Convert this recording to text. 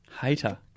Hater